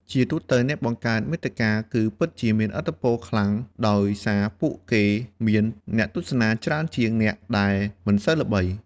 ជាទូទៅអ្នកបង្កើតមាតិកាគឺពិតជាមានឥទ្ធិពលខ្លាំងដោយសារពួកគេមានអ្នកទស្សនាច្រើនជាងអ្នកដែលមិនសូវល្បី។